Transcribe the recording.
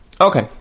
Okay